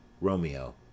ROMEO